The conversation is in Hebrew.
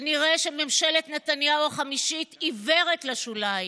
ונראה שממשלת נתניהו החמישית עיוורת לשוליים,